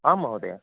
आम् महोदया